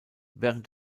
während